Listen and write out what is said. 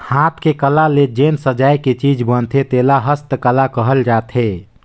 हाथ के कला ले जेन सजाए के चीज बनथे तेला हस्तकला कहल जाथे